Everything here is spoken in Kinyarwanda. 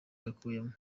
yakuyemo